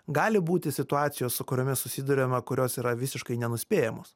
gali būti situacijos su kuriomis susiduriame kurios yra visiškai nenuspėjamos